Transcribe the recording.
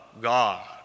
God